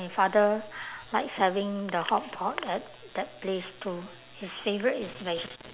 father likes having the hotpot at that place too his favourite is vege~